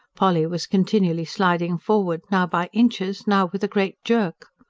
polly was continually sliding forward, now by inches, now with a great jerk.